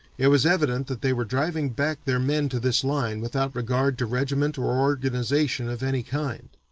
it was evident that they were driving back their men to this line without regard to regiment or organization of any kind.